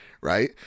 right